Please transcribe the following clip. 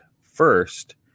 first